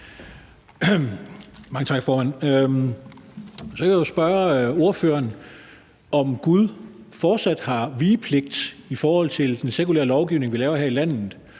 Mange tak, formand. Så kan jeg jo spørge ordføreren, om Gud fortsat har vigepligt i forhold til den sekulære lovgivning, vi laver her i landet.